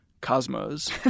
Cosmos